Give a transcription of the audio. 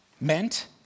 meant